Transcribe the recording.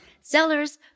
sellers